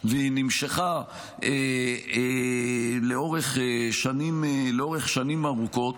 והיא נמשכה לאורך שנים ארוכות.